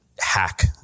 hack